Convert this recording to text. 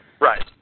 Right